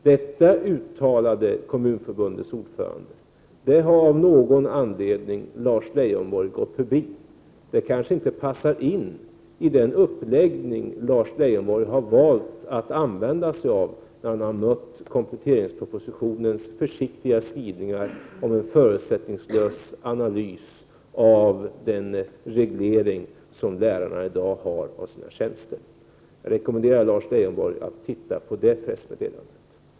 Detta uttalande av Kommunförbundets ordförande har Lars Leijonborg av någon anledning gått förbi. Det passade kanske inte in i den uppläggning som Lars Leijonborg har valt att använda sig av efter mötet med kompletteringspropositionens försiktiga skrivningar om en förutsättningslös analys av den reglering som lärarna i dag har av sina tjänster. Jag rekommenderar Lars Leijonborg att läsa pressmeddelandet.